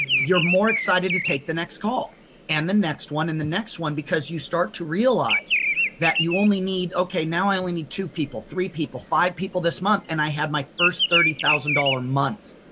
you're more excited to take the next call and the next one and the next one, because you start to realize that you only need, okay, now i only need two people, three people, five people this month and i had my first thirty thousand dollar month.